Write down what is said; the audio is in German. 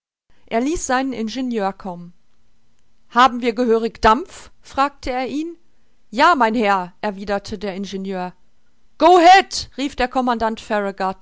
er ließ seinen ingenieur kommen haben wir gehörig dampf fragte er ihn ja mein herr erwiderte der ingenieur go head rief der commandant